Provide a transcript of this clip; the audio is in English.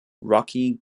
rocky